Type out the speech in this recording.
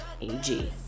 AG